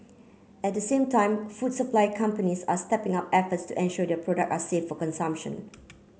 at the same time food supply companies are stepping up efforts to ensure their product are safe for consumption